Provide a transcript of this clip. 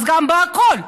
ואז בכול,